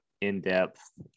in-depth